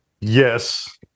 Yes